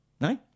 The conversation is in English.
no